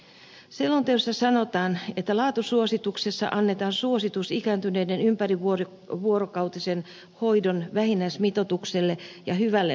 selonteossa sanotaan että laatusuosituksessa annetaan suositus ikääntyneiden ympärivuorokautisen hoidon vähimmäismitoitukselle ja hyvälle mitoitukselle